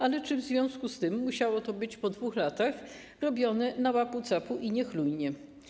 Ale czy w związku z tym musiało to być po 2 latach robione na łapu-capu i niechlujnie?